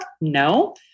No